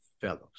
fellows